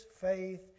faith